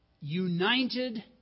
United